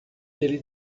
ele